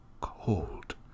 cold